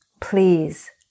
please